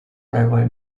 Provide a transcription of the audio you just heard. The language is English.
railway